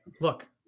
Look